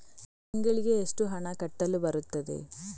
ತಿಂಗಳಿಗೆ ಎಷ್ಟು ಹಣ ಕಟ್ಟಲು ಬರುತ್ತದೆ?